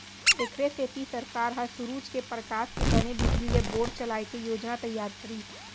एखरे सेती सरकार ह सूरूज के परकास के बने बिजली ले बोर चलाए के योजना तइयार करिस